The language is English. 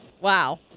Wow